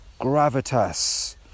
gravitas